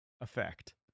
effect